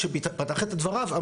כשפתח את דבריו,